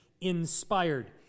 inspired